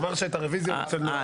הוא אמר שאת הרביזיה הוא רוצה לנמק.